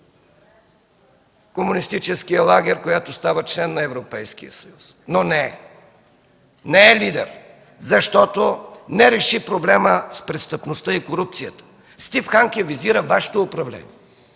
комунистическия лагер, която става член на Европейския съюз, но не е. Не е лидер, защото не реши проблема с престъпността и корупцията. Стив Ханке визира Вашето управление